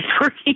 working